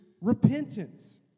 repentance